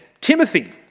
Timothy